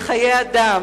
בחיי אדם,